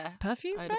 perfume